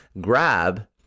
Grab